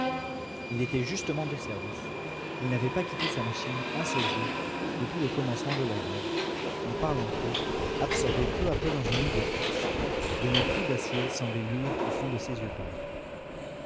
il était justement de service il n'avait pas quitté sa machine un seul jour depuis le commencement de la grève ne parlant plus absorbé peu à peu dans une idée fixe dont le clou d'acier semblait luire au fond de ses yeux pâles